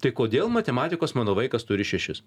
tai kodėl matematikos mano vaikas turi šešis